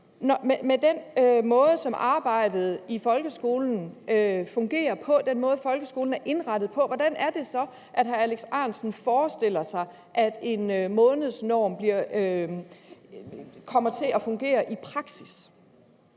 Med den måde, som arbejdet i folkeskolen fungerer på, og den måde, folkeskolen er indrettet på, hvordan er det så, at hr. Alex Ahrendtsen forestiller sig at en månedsnorm kommer til at fungere i praksis?